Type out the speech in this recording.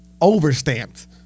overstamped